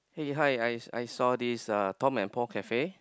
hey hi I I saw this uh Tom and Paul cafe